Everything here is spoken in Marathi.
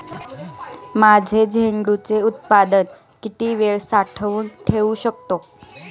माझे झेंडूचे उत्पादन किती वेळ साठवून ठेवू शकतो?